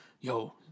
yo